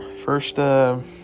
First